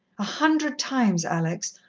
a hundred times, alex,